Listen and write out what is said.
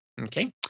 okay